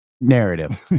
narrative